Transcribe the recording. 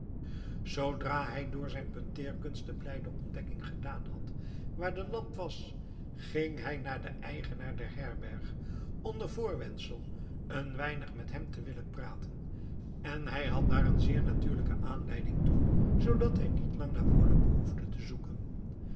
zoodra hij door zijn punteerkunst de blijde ontdekking gedaan had waar de lamp was ging hij naar den eigenaar der herberg onder voorwendsel een weinig met hem te willen praten en hij had daar een zeer natuurlijke aanleiding toe zoodat hij niet lang naar woorden behoefde te zoeken